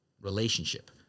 relationship